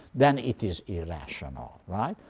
then it is irrational. right?